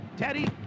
Teddy